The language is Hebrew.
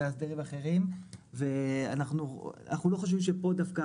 מאסדרים אחרים ואנחנו לא חושבים שפה דווקא,